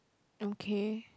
okay